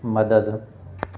मदद